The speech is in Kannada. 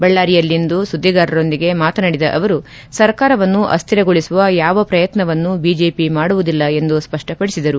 ಬಳ್ಳಾರಿಯಲ್ಲಿಂದು ಸುದ್ದಿಗಾರರೊಂದಿಗೆ ಮಾತನಾಡಿದ ಅವರು ಸರ್ಕಾರ ಅಸ್ತಿರಗೊಳಿಸುವ ಯಾವ ಪ್ರಯತ್ನವನ್ನು ಬಿಜೆಪಿ ಮಾಡುವುದಿಲ್ಲ ಎಂದು ಸ್ಪಷ್ಟಪಡಿಸಿದರು